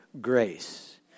Grace